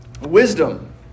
Wisdom